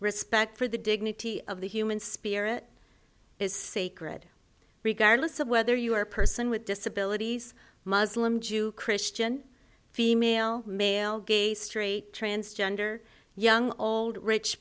respect for the dignity of the human spirit is sacred regardless of whether you are a person with disabilities muslim jew christian female male gay straight transgender young old rich